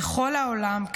בכל העולם,